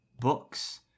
books